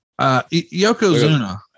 Yokozuna